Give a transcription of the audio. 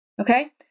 Okay